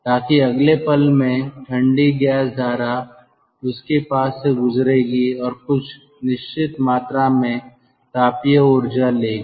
ताकि अगले पल में ठंडी गैस धारा उसके पास से गुजरेगी और कुछ निश्चित मात्रा में तापीय ऊर्जा लेगी